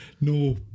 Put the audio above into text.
No